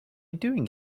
doing